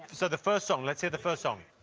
so the first song. let's hear the first song.